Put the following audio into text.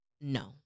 no